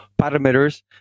parameters